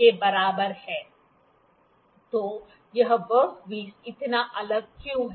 तो यह वर्कपीस इतना अलग क्यों है